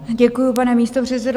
Děkuji, pane místopředsedo.